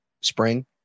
spring